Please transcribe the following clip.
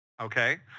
okay